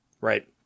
right